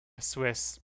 Swiss